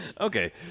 Okay